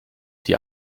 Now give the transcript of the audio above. die